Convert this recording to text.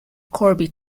corby